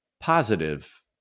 positive